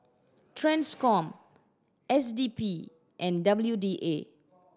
Transcom S D P and W D A